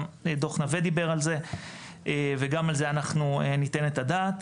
גם דוח נווה דיבר על זה וגם על זה אנחנו ניתן את הדעת.